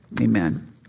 Amen